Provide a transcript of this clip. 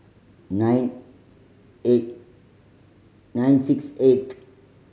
nine eight nine six eight